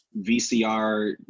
VCR